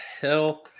hell